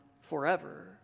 forever